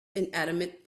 inanimate